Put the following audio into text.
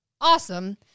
awesome